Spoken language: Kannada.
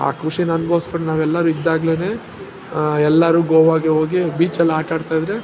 ಆ ಖುಷಿಯ ಅನ್ಭವಿಸ್ಕೊಂಡ್ ನಾವೆಲ್ಲರೂ ಇದ್ದಾಗ್ಲೇ ಎಲ್ಲರೂ ಗೋವಾಗೆ ಹೋಗಿ ಬೀಚಲ್ಲಿ ಆಟಾಡ್ತಾಯಿದ್ದರೆ